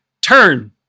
turn